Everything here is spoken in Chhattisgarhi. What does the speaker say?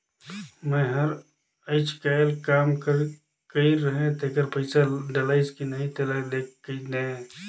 मै हर अईचकायल काम कइर रहें तेकर पइसा डलाईस कि नहीं तेला देख देहे?